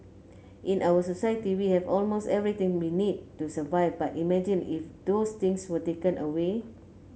in our society we have almost everything we need to survive but imagine if those things were taken away